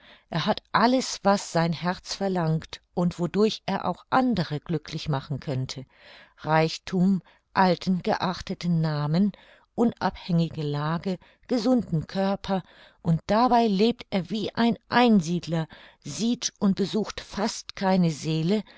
er hat alles was sein herz verlangt und wodurch er auch andere glücklich machen könnte reichthum alten geachteten namen unabhängige lage gesunden körper und dabei lebt er wie ein einsiedler sieht und besucht fast keine seele